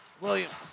Williams